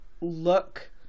look